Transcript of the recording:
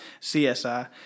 CSI